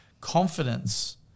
confidence